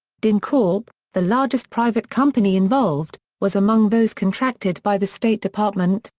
dyncorp, the largest private company involved, was among those contracted by the state department,